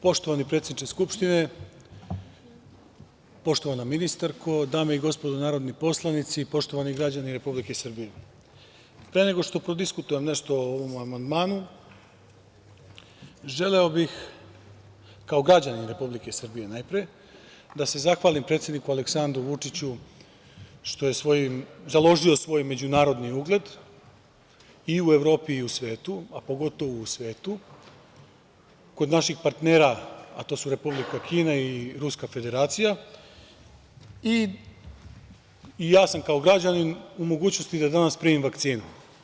Poštovani predsedniče Skupštine, poštovana ministarko, dame i gospodo narodni poslanici, poštovani građani Republike Srbije, pre nego što prodiskutujem nešto o ovom amandmanu, želeo bih, kao građanin Republike Srbije najpre, da se zahvalim predsedniku Aleksandru Vučiću što je založio svoj međunarodni ugled i u Evropi i u svetu, a pogotovo u svetu, kod naših partnera, a to su Republika Kina i Ruska Federacija, i ja sam kao građanin u mogućnosti da danas primim vakcinu.